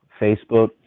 facebook